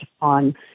on